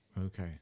Okay